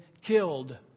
killed